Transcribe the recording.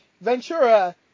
Ventura